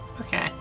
Okay